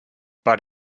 but